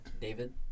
David